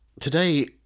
today